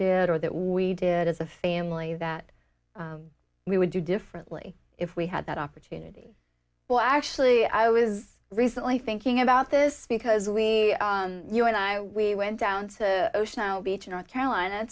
did or that we did as a family that we would do differently if we had that opportunity well actually i was recently thinking about this because we you and i we went down to ocean isle beach north carolina